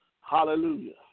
Hallelujah